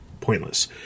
pointless